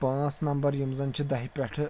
پانٛژھ نمبر یِم زَن چھِ دَہہِ پٮ۪ٹھ